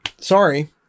sorry